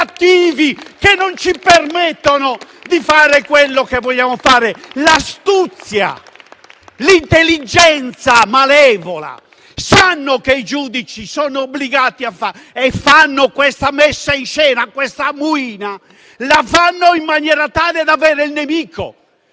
che non gli permettono di fare quello che vogliono fare. L'astuzia, l'intelligenza malevola: sanno che i giudici sono obbligati e loro fanno questa messa in scena, questa *ammuina*. E la fanno in maniera tale da avere il nemico: